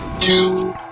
Two